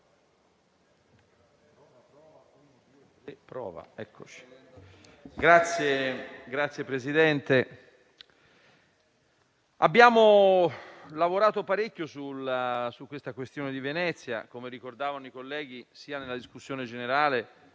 Signor Presidente, abbiamo lavorato parecchio sulla questione di Venezia, come hanno ricordato i colleghi sia nella discussione generale